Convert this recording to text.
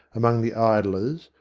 among the idlers,